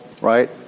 right